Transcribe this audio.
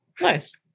Nice